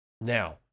Now